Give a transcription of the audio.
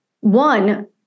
one